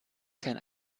kein